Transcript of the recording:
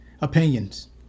opinions